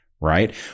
right